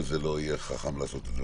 וזה לא יהיה חכם לעשות את זה.